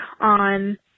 on